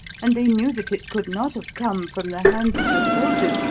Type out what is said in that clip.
and they knew that it could not have come from the hands of the soldiers,